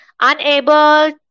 unable